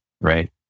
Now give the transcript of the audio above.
right